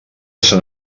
sant